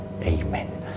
Amen